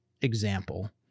example